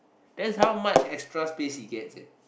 that's how much extra space he gets eh